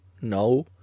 No